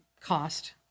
cost